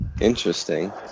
Interesting